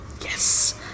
Yes